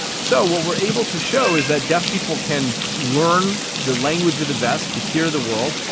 so what we able to show is that deaf people can learn the language of the vest to hear the world,